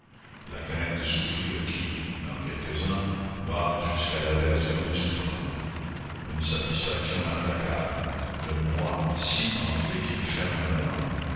la crainte de souffrir qui dans quelques-uns va jusqu'à l'aversion des souffrants une satisfaction implacable le moi si enflé qu'il ferme l'âme